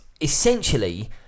essentially